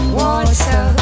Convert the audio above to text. water